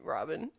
Robin